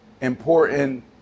important